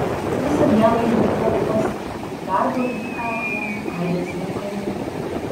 visą dieną išbuvau uoste darbo ligi kaklo aibės reikalų